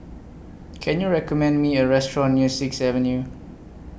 Can YOU recommend Me A Restaurant near Sixth Avenue